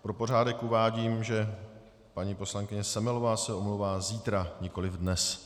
Pro pořádek uvádím, že paní poslankyně Semelová se omlouvá zítra, nikoli dnes.